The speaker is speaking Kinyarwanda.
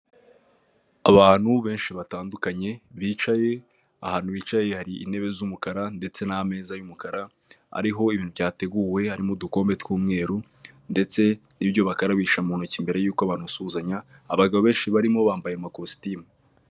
Abantu benshi batandukanye bicaye, ahantu bicaye hari intebe z'umukara ndetse n'ameza y'umukara, ariho ibintu byateguwe, harimo udukombe tw'umweru ndetse n'ibyo bakarabisha mu ntoki mbere y'uko basuhuzanya, abagabo benshi barimo bambaye amakositimu.